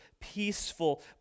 peaceful